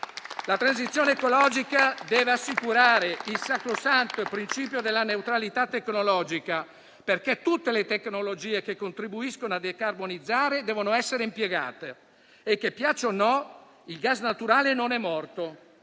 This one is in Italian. La transizione ecologica deve assicurare il sacrosanto principio della neutralità tecnologica, perché tutte le tecnologie che contribuiscono a decarbonizzare devono essere impiegate e - piaccia o no - il gas naturale non è morto.